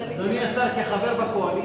אדוני השר, כחבר בקואליציה,